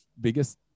biggest